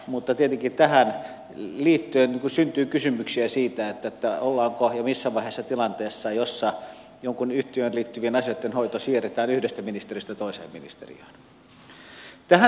mutta tietenkin tähän liittyen syntyy kysymyksiä siitä ollaanko ja missä vaiheessa tilanteessa jossa johonkin yhtiöön liittyvien asioitten hoito siirretään yhdestä ministeriöstä toiseen ministeriöön